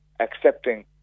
accepting